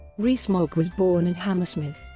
rees-mogg was born in hammersmith,